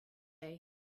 day